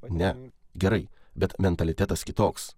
ne gerai bet mentalitetas kitoks